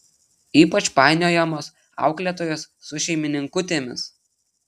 ypač painiojamos auklėtojos su šeimininkutėmis